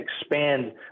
expand